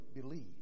believe